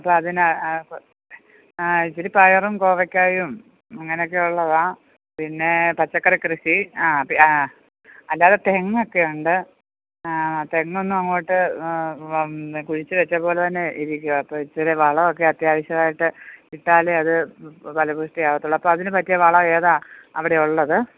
അപ്പം അതിന് ഇച്ചിരി പയറും കോവക്കായും അങ്ങനെയൊക്കെ ഉള്ളതാ പിന്നെ പച്ചക്കറി കൃഷി ആ ആ അല്ലാതെ തെങ്ങൊക്കെയുണ്ട് ആ തെങ്ങൊന്നും അങ്ങോട്ട് പിന്നെ കുഴിച്ച് വെച്ച പോലെതന്നെ ഇരിക്കുവാ അപ്പോൾ ഇച്ചിരി വളവൊക്കെ അത്യാവശ്യവായിട്ട് ഇട്ടാലെ അത് ഫലപുഷ്ടി ആകത്തുള്ളൂ അപ്പോൾ അതിന് പറ്റിയ വളമേതാണ് അവിടെ ഉള്ളത്